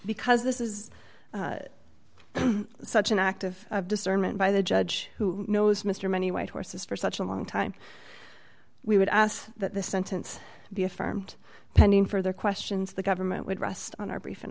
because this is such an act of discernment by the judge who knows mr many white horses for such a long time we would ask that the sentence be affirmed pending further questions the government would rest on our brief